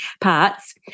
parts